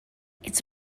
its